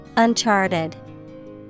Uncharted